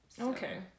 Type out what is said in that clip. Okay